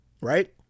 right